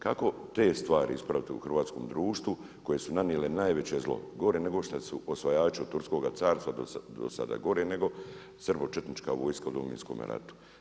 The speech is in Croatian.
Kako te stvari ispraviti u hrvatskom društvu koje su nanijele najveće zlo, gore nego što su osvajači od turskoga carstva do sada gore nego srbočetnička vojska u Domovinskome ratu?